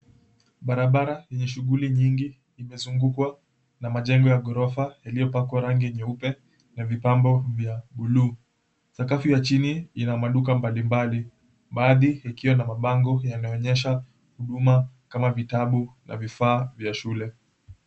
Barabara yenye shughuli nyingi imezungukwa na majengo ya ghorofa yaliopakwa rangi nyeupe na vipambo vya buluu. Sakafu ya chini ina maduka mbalimbali baadhi ikiwa na mabango yanayoonyesha huduma kama vitabu na vifaa vya shule.